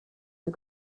you